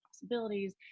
possibilities